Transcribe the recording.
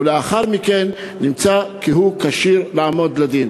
ולאחר מכן נמצא כי הוא כשיר לעמוד לדין.